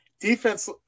Defense